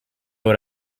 what